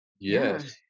Yes